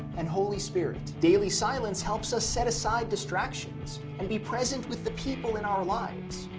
and holy spirit. daily silence helps us set aside distractions and be present with the people in our lives.